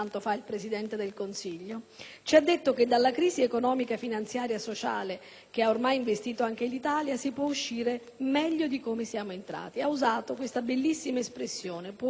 ci ha detto che dalla crisi economica, finanziaria e sociale che ha ormai investito anche l'Italia si può uscire meglio di come vi si è entrati. Ha usato questa bellissima espressione: «può uscire una società più giusta».